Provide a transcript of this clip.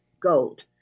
gold